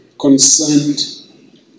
concerned